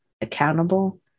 accountable